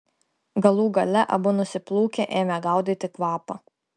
galų gale abu nusiplūkę ėmė gaudyti kvapą